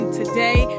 today